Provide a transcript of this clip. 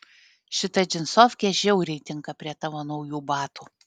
šita džinsofkė žiauriai tinka prie tavo naujų batų